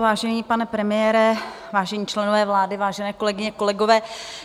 Vážený pane premiére, vážení členové vlády, vážené kolegyně, kolegové,